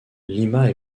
lima